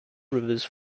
rivers